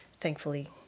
thankfully